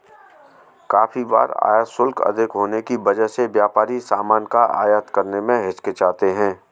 काफी बार आयात शुल्क अधिक होने की वजह से व्यापारी सामान का आयात करने में हिचकिचाते हैं